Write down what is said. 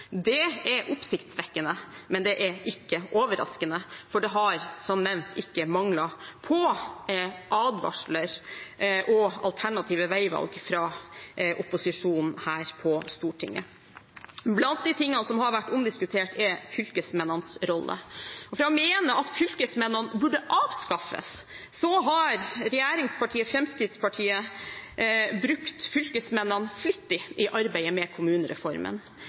Det er oppsiktsvekkende, men det er ikke overraskende, for det har som nevnt ikke manglet på advarsler og alternative veivalg fra opposisjonen her på Stortinget. Blant de tingene som har vært omdiskutert, er fylkesmennenes rolle. Fra å mene at fylkesmennene burde avskaffes, har regjeringspartiet Fremskrittspartiet brukt fylkesmennene flittig i arbeidet med kommunereformen.